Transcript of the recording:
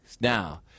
Now